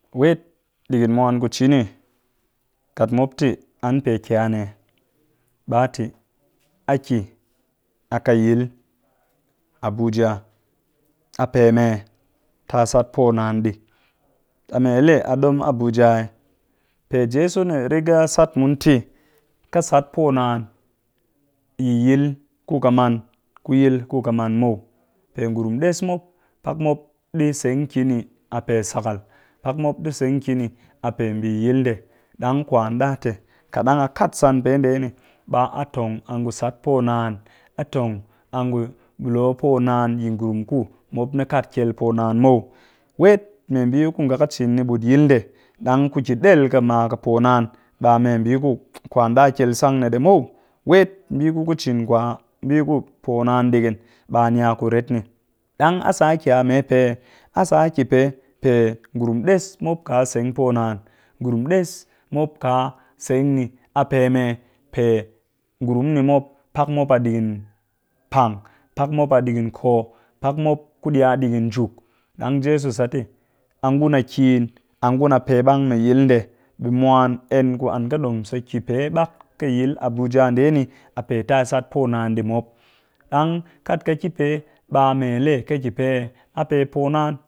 wet digin mwan ku cini kat mop te aki a ne? Ɓa te a ki a yil abuja, a peme? Ti a sat poo naan ɗii, a melee a ɗom abuja eh? Pe jeso ni riga sat mun te "ka sat po naan yi yil ku ƙɨ man ku ku ƙɨ man muw. pe nurum ɗes mop pak mop ɗi seng ki ni a pe sakal, pak mop di seng ki ni a pe mbii yil ndee ɗang kwan ɗa te kat dang a kaat san pee ndee ni ɓa tong a ngu sat poo naan a tong a ngu loo poo naan yi ngurum ku mop ni kaat kyel poo naan muw, wet membii ku nga ƙɨ cin ni digin yil ndee dang ku ki ɗel ka ma ƙɨ poo naan, ɓa membii ku kwan ɗa kyel sang ni ɗii muw wet mbii ku ku cin ku a mbii ku poo naan digin ɓa ni a kuret ni. Dang a sa a ki a me pee eh? A sa a ki pee pe ngurum ɗes mop kaa seng poo naan, ngurum ɗes mop kaa seng ni, a pe mee? Pe ngurum ni mop pak mop a digin pang, pak mop a digin ko, pak mop kuɗi a digin njuk. Ɗang jeso te "a ngun a kiin, a ngun a pebang mu yil ndee" be mwan en ku an ƙɨdom sa ki pee ɓak ƙɨ yil abuja ndee ni a pe ti a sat po naan ɗii mop. Ɗang kat ƙɨ ki pe ɓa mee lee ƙɨ ki pee eh? A pe poo naan.